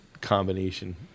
combination